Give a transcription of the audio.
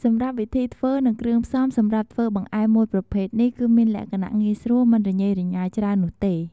សម្រាប់វិធីធ្វើ និងគ្រឿងផ្សំសម្រាប់ធ្វើបង្អែមមួយប្រភេទនេះ គឺមានលក្ខណៈងាយស្រួលមិនរញ៉េរញ៉ៃច្រើននោះទេ។